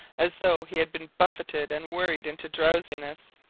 as though he had been buffeted and worried into drowsiness.